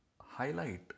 highlight